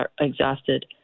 exhausted